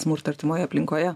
smurtą artimoje aplinkoje